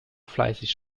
fleißig